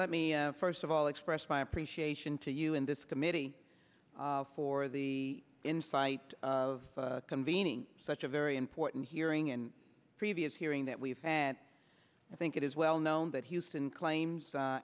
let me first of all express my appreciation to you in this committee for the insight of convening such a very important hearing in a previous hearing that we've had i think it is well known that houston claims